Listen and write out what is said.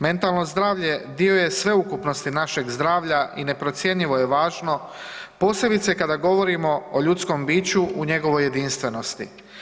Mentalno zdravlje dio je sveukupnosti našeg zdravlja i neprocjenjivo je važno posebice kada govorimo o ljudskom biću u njegovoj jedinstvenosti.